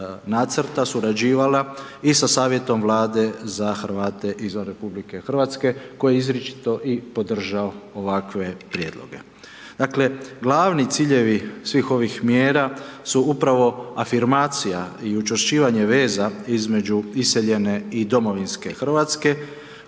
surađivala i sa savjetom vlade za Hrvate izvan RH, koji izričito i podržao ovakve prijedloge. Dakle, glavni ciljevi svih ovih mjera su upravo afirmacija i učvršćivanje veza između iseljene i domovinske Hrvatske,